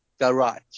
garage